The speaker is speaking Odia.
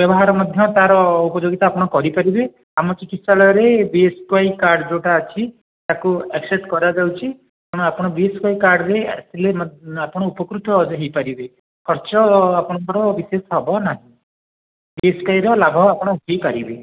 ବ୍ୟବହାର ମଧ୍ୟ ତା'ର ଉପଯୋଗିତା ଆପଣ କରିପାରିବେ ଆମ ଚିକିତ୍ସାଳୟରେ B S K Y card ଯେଉଁଟା ଅଛି ତା'କୁ ଆକ୍ସେପ୍ଟ୍ କରାଯାଉଛି ତେଣୁ ଆପଣ ବି ଏସ କେ ୱାଇ କାର୍ଡ଼ରେ ଆସିଲେ ମଧ୍ୟ ଆପଣ ଉପକୃତ ଏବେ ହେଇପାରିବେ ଖର୍ଚ୍ଚ ଆପଣଙ୍କର ବିଶେଷ ହେବ ନାହିଁ ବିଏସକେୱାଇର ଲାଭ ଆପଣ ଉଠାଇପାରିବେ